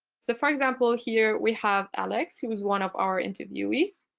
so for example, here we have alex, who was one of our interviewees.